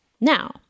Now